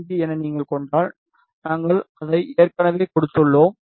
575 என நீங்கள் கண்டால் நாங்கள் அதை ஏற்கனவே கொடுத்துள்ளோம்